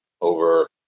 Over